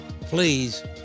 Please